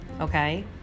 okay